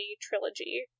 trilogy